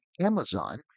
Amazon